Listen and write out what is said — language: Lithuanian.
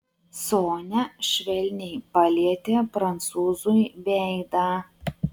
sonia švelniai palietė prancūzui veidą